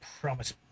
promise